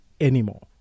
anymore